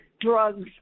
drugs